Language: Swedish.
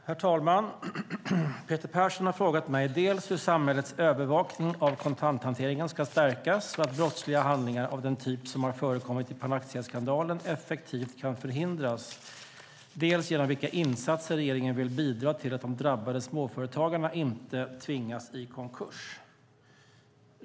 Herr talman! Peter Persson har frågat mig dels hur samhällets övervakning av kontanthanteringen ska stärkas så att brottsliga handlingar av den typ som har förekommit i Panaxiaskandalen effektivt kan förhindras, dels genom vilka insatser regeringen vill bidra till att de drabbade småföretagarna inte tvingas i konkurs.